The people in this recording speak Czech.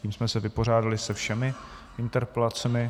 Tím jsme se vypořádali se všemi interpelacemi.